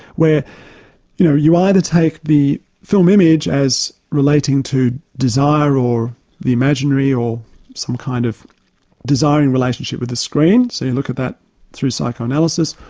where you know you either take the film image as relating to desire or the imaginary or some kind of desiring relationship with the screen, so you look at that through psychoanalysis.